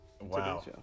Wow